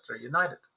United